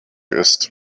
ist